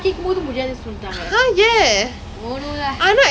then after that during halloween horror night I went to the actually not bad lah